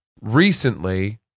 Recently